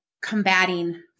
combating